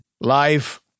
life